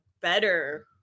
better